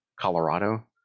Colorado